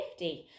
50